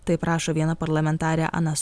taip rašo viena parlamentarė anas